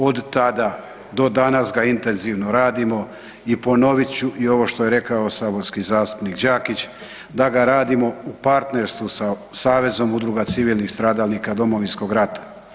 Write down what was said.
Od tada do danas ga intenzivno radimo i ponovit ću i ovo što je rekao saborski zastupnik Đakić da ga radimo u partnerstvu sa Savezom udruga civilnih stradalnika Domovinskog rata.